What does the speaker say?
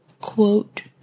quote